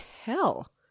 hell